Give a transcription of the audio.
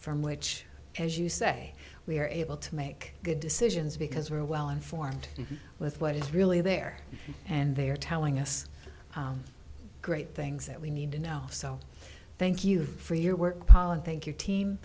from which as you say we are able to make good decisions because we're well informed with what is really there and they are telling us great things that we need to know so thank you for your work paul and think your team